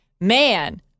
Man